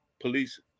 police